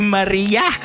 Maria